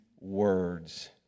words